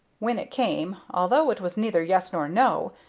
when it came, although it was neither yes nor no,